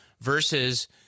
versus